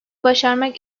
başarmak